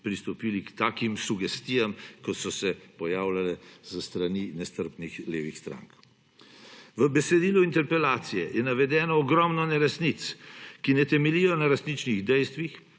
pristopili k takim sugestijam, kot so se pojavljale s strani nestrpnih levih strank. V besedilu interpelacije je navedeno ogromno neresnic, ki ne temeljijo na resničnih dejstvih,